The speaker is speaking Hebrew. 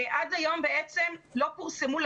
עד היום לא פורסמו לא